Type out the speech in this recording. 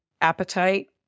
appetite